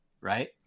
right